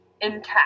intact